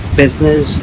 business